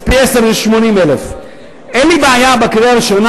אז פי-עשרה זה 80,000. אין לי בעיה בקריאה הראשונה,